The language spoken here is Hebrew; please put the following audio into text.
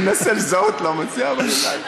אני מנסה לזהות, לא מצליח, אבל אולי.